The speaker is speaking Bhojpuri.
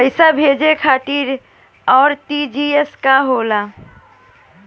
पैसा भेजे खातिर आर.टी.जी.एस का होखेला?